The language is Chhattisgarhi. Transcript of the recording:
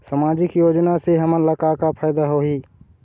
सामाजिक योजना से हमन ला का का फायदा होही?